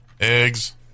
eggs